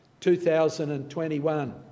2021